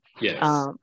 Yes